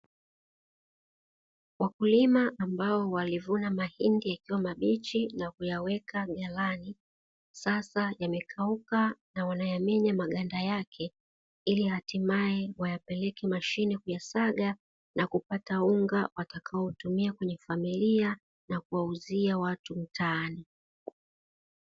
Wakulima ambao walivuna mahindi yakiwa mabichi na kuyaweka ghalani, sasa yamekauka na wanayamenya maganda yake ili hatimaye wayapeleke mashine kuyasaga na kupata unga watakaotumia kwenye familia na kuwauzia watu mtaani.